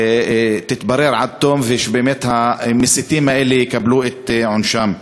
תתברר עד תום ושהמסיתים האלה יקבלו את עונשם.